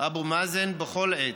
אבו מאזן בכל עת,